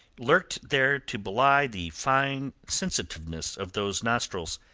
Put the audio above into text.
lurked there to belie the fine sensitiveness of those nostrils,